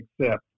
accept